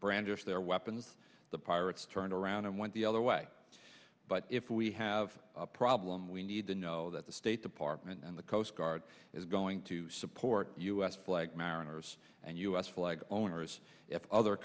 brandish their weapons the pirates turned around and went the other way but if we have a problem we need to know that the state department and the coast guard is going to support us like mariners and u s flag owners if other